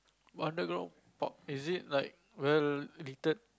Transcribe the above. underground park is like well lettered